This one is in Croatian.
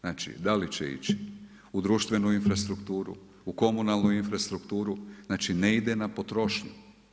Znači da li će ići u društvenu infrastrukturu, u komunalnu infrastrukturu, znači ne ide na potrošnju.